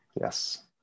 Yes